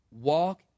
walk